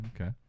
Okay